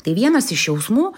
tai vienas iš jausmų